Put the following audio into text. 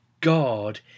God